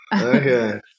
okay